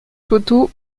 photos